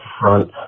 front